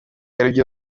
aribyo